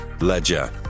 Ledger